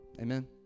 Amen